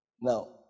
Now